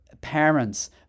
parents